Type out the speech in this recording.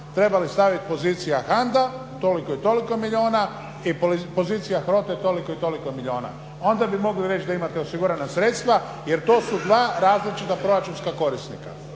trebali staviti pozicija HANDA toliko i toliko milijuna i pozicija HROTE toliko i toliko milijuna. Onda bi mogli reć da imate osigurana sredstva jer to su dva različita proračunska korisnika